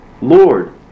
Lord